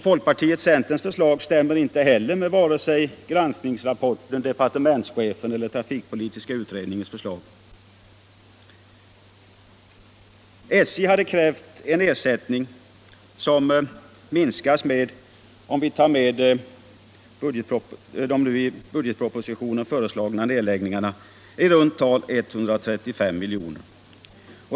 Folkpartiets och centerns förslag stämmer inte heller med vare sig granskningsrapporten, departementschefens beräkningar eller trafikpolitiska utredningens förslag. SJ hade krävt en ersättning som, om vi tar med de i budgetpropositionen föreslagna nedläggningarna, minskats med i runt tal 135 miljoner.